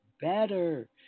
Better